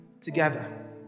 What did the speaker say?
together